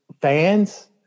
fans